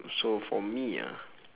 so for me ah